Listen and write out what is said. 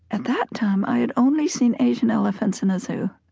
at that time, i had only seen asian elephants in a zoo.